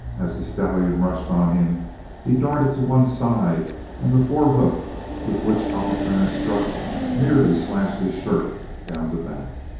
as the stallion rushed on him he darted to one side and the fore hoof with which alcatraz struck merely slashed his shirt down the back.